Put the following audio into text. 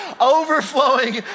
Overflowing